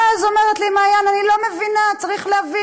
ואז אומרת לי מעיין: אני לא מבינה, צריך להבין.